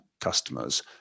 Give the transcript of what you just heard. customers